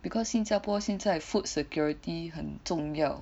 because 新加坡现在 food security 很重要